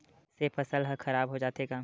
से फसल ह खराब हो जाथे का?